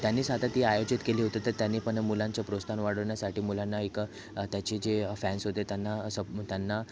त्यांनीच आता ती आयोजित केली होती तर त्यांनी पण मुलांचं प्रोत्साहन वाढवण्यासाठी मुलांना एका त्याचे जे फॅन्स होते त्यांना सब त्यांना